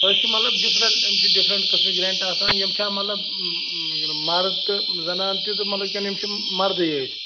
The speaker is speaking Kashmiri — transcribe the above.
أسۍ چھِ مطلب ڈِفرنٛٹ یِم چھِ ڈِفرنٛٹ قٕسمٕکۍ رٮ۪نٛٹ آسان یِم چھا مطلب مرٕد تہٕ زَنان تہِ تہٕ مطلب کِنہٕ یِم چھِ مردٕے یٲتۍ